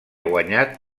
guanyat